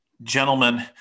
gentlemen